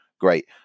great